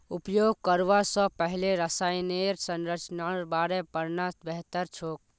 उपयोग करवा स पहले रसायनेर संरचनार बारे पढ़ना बेहतर छोक